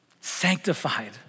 sanctified